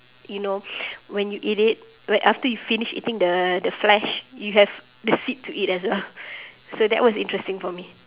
you know when you eat it like after you finish eating the the flesh you have the seed to eat as well so that was interesting for me